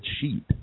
sheet